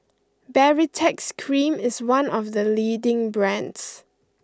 Baritex Cream is one of the leading brands